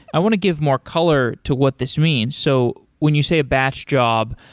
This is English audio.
i want to give more color to what this means. so when you say a batch job,